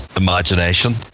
imagination